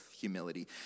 humility